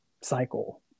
cycle